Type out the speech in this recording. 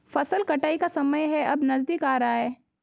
फसल कटाई का समय है अब नजदीक आ रहा है